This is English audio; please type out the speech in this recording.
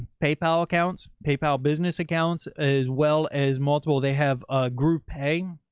paypal accounts, paypal business accounts, as well as multiple, they have a groovepay.